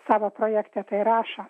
savo projekte tai rašo